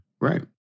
Right